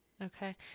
Okay